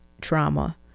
trauma